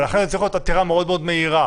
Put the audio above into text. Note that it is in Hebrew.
לכן, זו צריכה להיות עתירה מאוד מאוד מהירה.